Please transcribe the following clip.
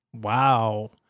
Wow